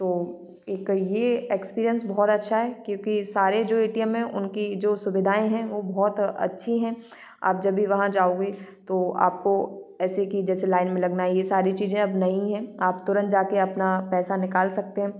तो एक ये एक्सपीरियंस बहुत अच्छा है क्योंकि सारे जो ए टी एम हैं उनकी जो सुविधाएँ हैं वो बहुत अच्छी हैं आप जब भी वहाँ जाओगे तो आपको ऐसे कि जैसे लाइन में लगना ये सारी चीजें अब नहीं हैं आप तुरंत जा के अपना पैसा निकाल सकते हैं